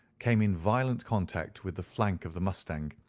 came in violent contact with the flank of the mustang,